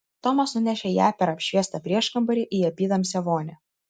tomas nunešė ją per apšviestą prieškambarį į apytamsę vonią